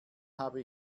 habe